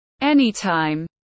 Anytime